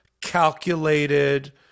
calculated